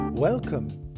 Welcome